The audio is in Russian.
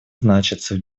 значатся